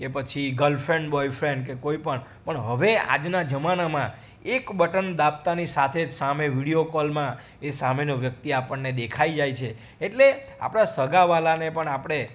કે પછી girlfriend boyfriend કે કોઈપણ પણ હવે આજના જમાનામાં એક બટન દાબતાની સાથે જ સામે વિડીયો કૉલમાં એ સામેનો વ્યક્તિ આપણને દેખાઈ જાય છે એટલે આપણા સગાવાલાને પણ આપણે